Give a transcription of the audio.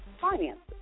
finances